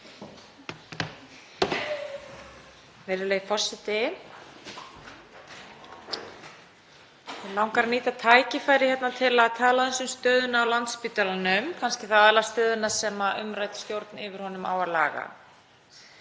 Virðulegi forseti. Mig langar að nýta tækifærið til að tala aðeins um stöðuna á Landspítalanum, kannski aðallega stöðuna sem umrædd stjórn yfir honum á að laga.